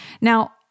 Now